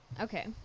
Okay